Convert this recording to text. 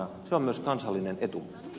se on myös kansallinen etu